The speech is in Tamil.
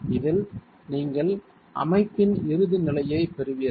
இதில் நீங்கள் அமைப்பின் இறுதி நிலையைப் பெறுவீர்கள்